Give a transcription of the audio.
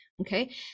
okay